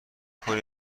کنید